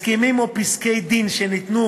הסכמים או פסקי-דין שניתנו